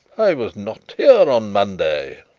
i was not here on monday.